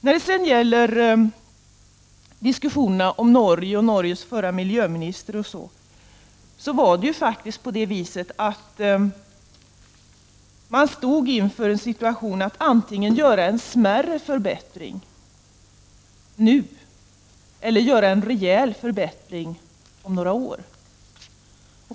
Så var det diskussionerna om Norge och Norges förre miljöminister. Man stod faktiskt inför situationen att antingen göra en smärre förbättring nu, eller göra en rejäl förbättring om några år.